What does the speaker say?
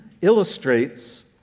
illustrates